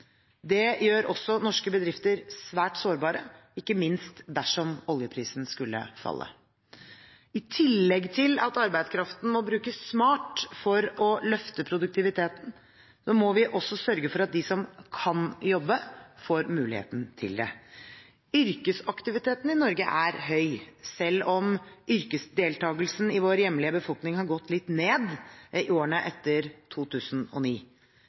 Det gjør også norske bedrifter svært sårbare, ikke minst dersom oljeprisen skulle falle. I tillegg til at arbeidskraften må brukes smart for å løfte produktiviteten, må vi også sørge for at de som kan jobbe, får muligheten til det. Yrkesaktiviteten i Norge er høy, selv om yrkesdeltakelsen i vår hjemlige befolkning har gått litt ned i årene etter 2009.